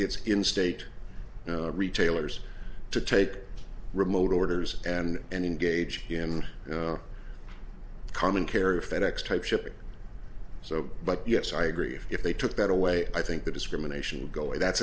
it's in state retailers to take remote orders and engage in common carrier fed ex type shipping so but yes i agree if they took that away i think the discrimination go away that's